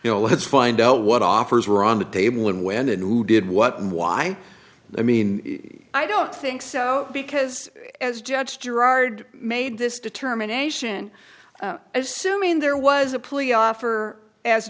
you know let's find out what offers were on the table and when and who did what and why i mean i don't think so because as judge gerard made this determination assuming there was a plea offer as